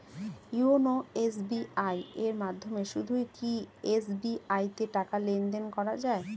YONO SBI এর মাধ্যমে শুধুই কি এস.বি.আই তে টাকা লেনদেন করা যায়?